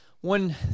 One